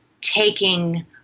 taking